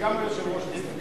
כי גם היושב-ראש הצטרף אלי.